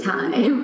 Time